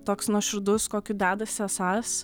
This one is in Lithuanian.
toks nuoširdus kokiu dedasi esąs